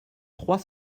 trois